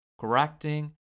correcting